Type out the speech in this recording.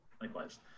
Likewise